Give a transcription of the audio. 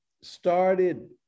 started